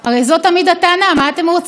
הרי זו תמיד הטענה: מה אתם רוצים?